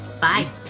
Bye